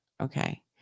okay